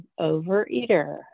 overeater